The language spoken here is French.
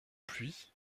pluie